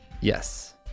Yes